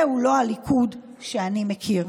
זהו לא הליכוד שאני מכיר.